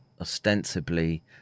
ostensibly